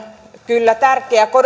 kyllä tärkeää